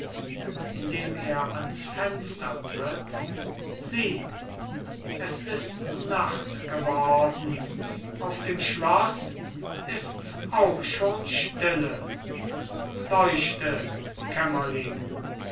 indem er ans fenster tritt sieh es ist nacht geworden auf dem schloß ists auch schon stille leuchte kämmerling